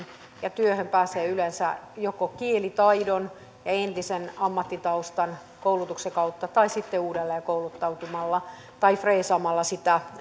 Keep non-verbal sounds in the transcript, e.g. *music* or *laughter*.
ja työhön pääsee yleensä joko kielitaidon ja entisen ammattitaustan koulutuksen kautta tai sitten uudelleenkouluttautumalla tai freesaamalla sitä *unintelligible*